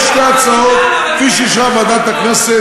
את הוותיקים, אבל מה הלחץ?